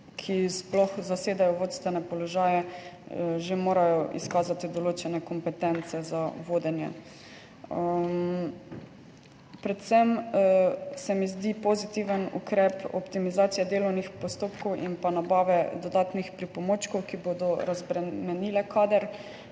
ki sploh zasedajo vodstvene položaje, že morajo izkazati določene kompetence za vodenje. Predvsem se mi zdi pozitiven ukrep optimizacije delovnih postopkov in pa nabave dodatnih pripomočkov, ki bodo razbremenile kader.